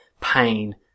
pain